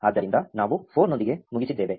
ಆದ್ದರಿಂದ ನಾವು 4 ನೊಂದಿಗೆ ಮುಗಿಸಿದ್ದೇವೆ